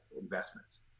investments